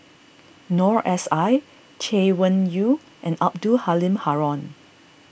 Noor S I Chay Weng Yew and Abdul Halim Haron